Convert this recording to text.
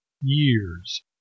years